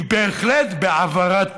הוא בהחלט בהעברת